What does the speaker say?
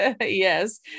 Yes